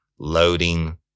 Loading